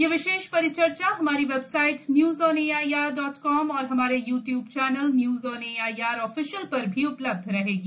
यह विशेष परिचर्चा हमारी website news on A I R dot com और हमारे YouTube channel news on A I R official पर भी उपलब्ध रहेगी